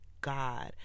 god